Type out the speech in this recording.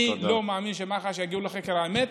אני לא מאמין שמח"ש יגיעו לחקר האמת,